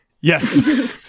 yes